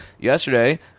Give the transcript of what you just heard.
Yesterday